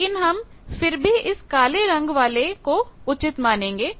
लेकिन हम फिर भी इस काले रंग वाले को उचित मानेंगे